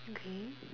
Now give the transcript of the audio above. okay